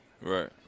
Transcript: Right